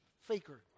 faker